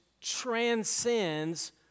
transcends